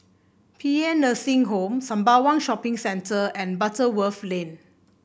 Paean Nursing Home Sembawang Shopping Centre and Butterworth Lane